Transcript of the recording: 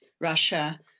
Russia